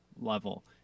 level